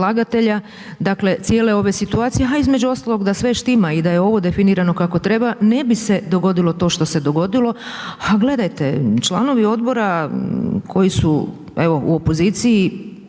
cijele ove situacije a između ostalog, da sve štima i da je ovo definiramo kako treba, ne bi se dogodilo to što se dogodilo a gledajte, članovi odbora koji su evo u opoziciji,